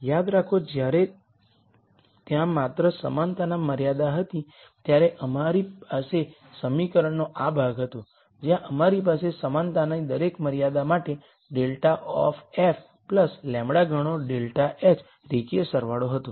યાદ રાખો જ્યારે ત્યાં માત્ર સમાનતાના મર્યાદા હતી ત્યારે અમારી પાસે સમીકરણનો આ ભાગ હતો જ્યાં અમારી પાસે સમાનતાના દરેક મર્યાદા માટે ∇ ઓફ f λ ગણો ∇ h રેખીય સરવાળો હતો